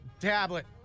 tablet